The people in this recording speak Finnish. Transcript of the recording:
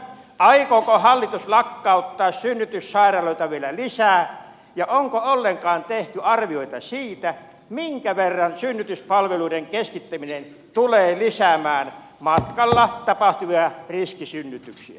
aikooko hallitus lakkauttaa synnytyssairaaloita vielä lisää ja onko ollenkaan tehty arvioita siitä minkä verran synnytyspalveluiden keskittäminen tulee lisäämään matkalla tapahtuvia riskisynnytyksiä